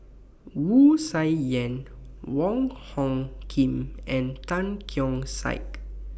Wu Tsai Yen Wong Hung Khim and Tan Keong Saik